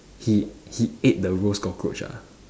he he ate the roast cockroach ah